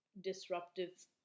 disruptive